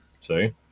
See